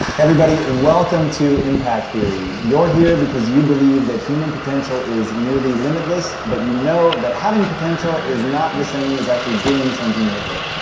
everybody, welcome to impact theory. you're here because you believe that human potential is nearly limitless but you know that having potential is not the same as actually doing something with it.